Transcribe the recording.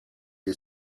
est